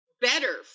better